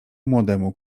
młodemu